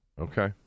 Okay